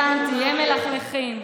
הבנתי, הם מלכלכים.